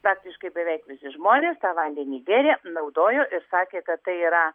praktiškai beveik visi žmonės tą vandenį gėrė naudojo ir sakė kad tai yra